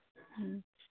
ꯎꯝ